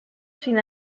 sin